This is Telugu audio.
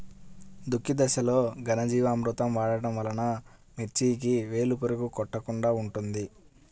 దుక్కి దశలో ఘనజీవామృతం వాడటం వలన మిర్చికి వేలు పురుగు కొట్టకుండా ఉంటుంది?